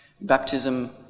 baptism